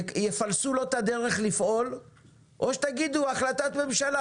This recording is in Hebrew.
יפלסו לו את הדרך לפעול או שתגידו החלטת ממשלה,